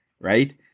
right